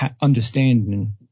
understanding